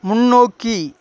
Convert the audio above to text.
முன்னோக்கி